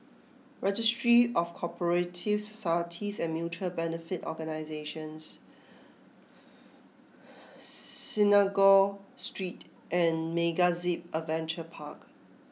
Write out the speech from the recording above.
Registry of Co operative Societies and Mutual Benefit Organisations Synagogue Street and MegaZip Adventure Park